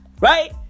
Right